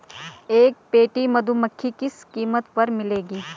एक पेटी मधुमक्खी किस कीमत पर मिलेगी?